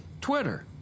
Twitter